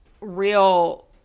real